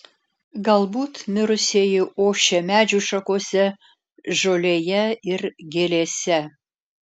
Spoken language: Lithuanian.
galbūt mirusieji ošia medžių šakose žolėje ir gėlėse